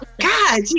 God